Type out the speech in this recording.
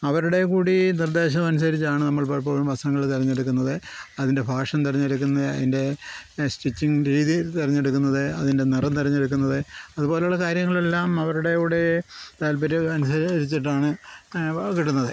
അവരുടെ കൂടി നിർദ്ദേശം അനുസരിച്ചാണ് നമ്മൾ പലപ്പോഴും വസ്ത്രങ്ങൾ തിരഞ്ഞെടുക്കുന്നത് അതിൻ്റെ ഫാഷൻ തിരഞ്ഞെടുക്കുന്നത് അതിൻ്റെ സ്റ്റിച്ചിങ്ങ് രീതി തിരഞ്ഞെടുക്കുന്നത് അതിൻ്റെ നിറം തിരഞ്ഞെടുക്കുന്നത് അതുപോലുള്ള കാര്യങ്ങളെല്ലാം അവരുടെ കൂടെ താല്പര്യം അനുസരിച്ചിട്ടാണ് കിട്ടുന്നത്